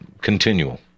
Continual